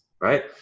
right